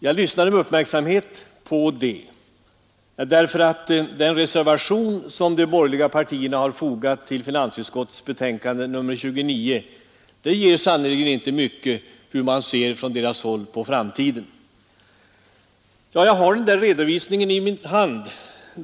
Jag lyssnade med uppmärksamhet på detta därför att reservationen 1, som de borgerliga partierna fogat till finansutskottets betänkande nr 29, sannerligen inte ger mycket om hur man ser från deras håll på framtiden. Nu har jag den redovisningen i min hand.